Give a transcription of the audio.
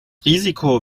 risiko